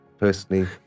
Personally